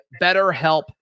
BetterHelp